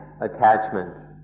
attachment